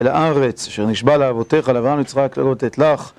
על הארץ שנשבע לאבותיך, לאברהם ליצחק וליעקב לתת לך.